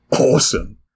awesome